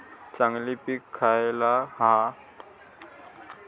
चांगली पीक खयला हा?